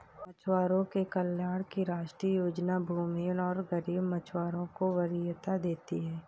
मछुआरों के कल्याण की राष्ट्रीय योजना भूमिहीन और गरीब मछुआरों को वरीयता देती है